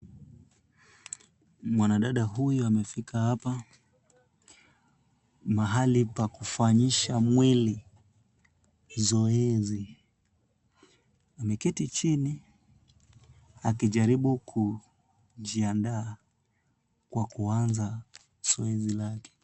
Mwanadada huyu amefika hapa mahali pakufanyisha mwili zoezi, ameketi chini akijaribu kujiandaa kwa kuanza zoezi lake.